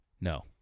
no